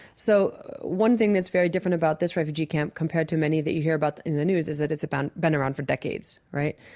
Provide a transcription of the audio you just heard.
so one thing that's very different about this refugee camp compared to many that you hear about in the news is that it's been around for decades, right?